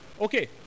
Okay